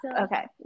okay